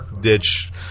ditch